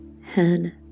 head